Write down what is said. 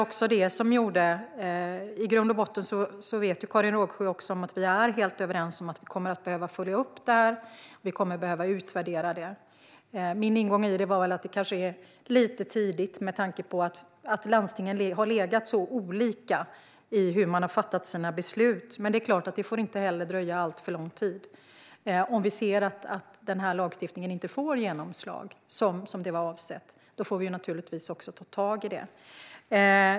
I grund och botten vet Karin Rågsjö att vi är helt överens om att vi kommer att behöva följa upp det här och utvärdera det. Min ingång var väl att det kanske är lite tidigt med tanke på att landstingen har legat så olika till när det gäller hur man har fattat sina beslut. Men det är klart att det inte heller får dröja alltför lång tid. Om vi ser att den här lagstiftningen inte får genomslag som det var avsett får vi naturligtvis ta tag i det.